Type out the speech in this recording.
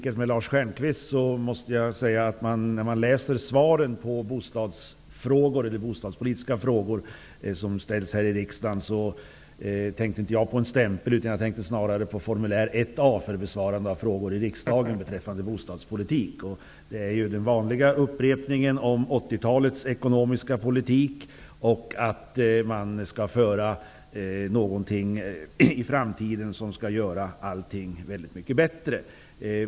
Herr talman! Jag måste säga att när man läser svaren på bostadspolitiska frågor som ställs här i riksdagen så tänker inte jag på en stämpel, utan jag tänker snarare på formulär 1 A för besvarande av frågor i riksdagen beträffande bostadspolitik. Det är den vanliga upprepningen om 80-talets ekonomiska politik och att man i framtiden skall föra en politik som skall göra allting väldigt mycket bättre.